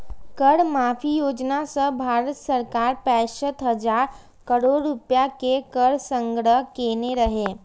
कर माफी योजना सं भारत सरकार पैंसठ हजार करोड़ रुपैया के कर संग्रह केने रहै